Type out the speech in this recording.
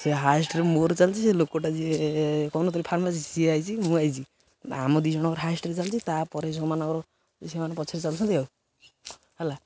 ସେ ହାଏଷ୍ଟରେ ମୋର ଚାଲିିଛି ସେ ଲୋକଟା ଯିଏ କହୁନଥିଲି ଫାର୍ମାସିଷ୍ଟ ସିଏ ଆସିଛି ମୁଁ ଆସିଛି ଆମ ଦୁଇ ଜଣଙ୍କର ହାଏଷ୍ଟରେ ଚାଲିଛି ତାପରେ ସେମାନଙ୍କର ସେମାନେ ପଛରେ ଚାଲୁଛନ୍ତି ଆଉ ହେଲା